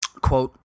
quote